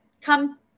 come